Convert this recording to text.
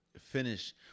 finish